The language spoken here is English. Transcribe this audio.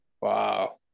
Wow